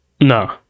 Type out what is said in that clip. No